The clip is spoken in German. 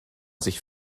sich